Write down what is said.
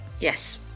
Yes